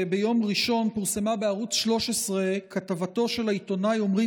ביום ראשון פורסמה בערוץ 13 כתבתו של העיתונאי עומרי